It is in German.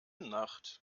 nacht